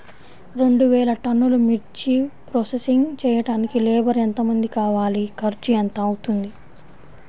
రెండు వేలు టన్నుల మిర్చి ప్రోసెసింగ్ చేయడానికి లేబర్ ఎంతమంది కావాలి, ఖర్చు ఎంత అవుతుంది?